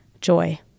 joy